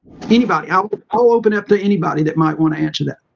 anybody, ah but i'll open up to anybody that might want to answer that.